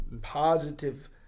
positive